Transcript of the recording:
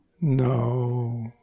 no